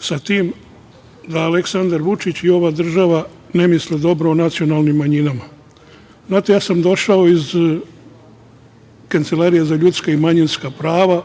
sa tim da Aleksandar Vučić i ova država ne misle dobro nacionalnim manjinama. Znate, došao sam iz Kancelarije za ljudska i manjinska prava.